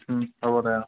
হ'ব দে অঁ